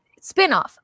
spinoff